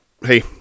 hey